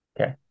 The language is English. Okay